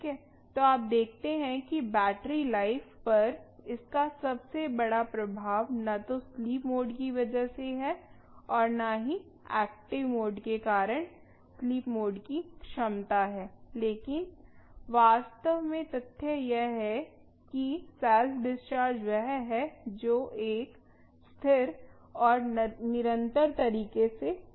तो आप देखते हैं कि बैटरी लाइफ पर इसका सबसे बड़ा प्रभाव न तो स्लीप मोड की वजह से है और न ही एक्टिव मोड के कारण स्लीप मोड की क्षमता है लेकिन वास्तव में तथ्य यह है कि सेल्फ डिस्चार्ज वह है जो एक स्थिर और निरंतर तरीके से हो रहा है